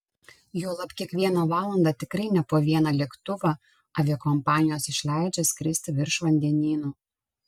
juolab kiekvieną valandą tikrai ne po vieną lėktuvą aviakompanijos išleidžia skirsti virš vandenynų